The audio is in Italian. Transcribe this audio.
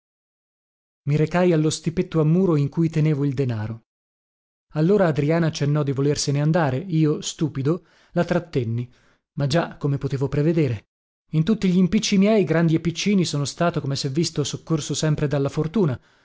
i recai allo stipetto a muro in cui tenevo il denaro allora adriana accennò di volersene andare io stupido la trattenni ma già come potevo prevedere in tutti glimpicci miei grandi e piccini sono stato come sè visto soccorso sempre dalla fortuna